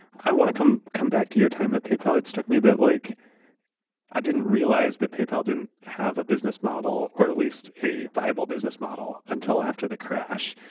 i want to come come back to your time at paypal. it struck me that like i didn't realize that paypal didn't have a business model or at least a viable business model until after the crash.